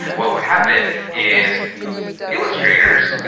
what what happen is illustrators,